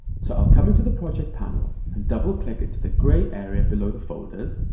so i'll come into the project panel and double click into the gray area below the folders.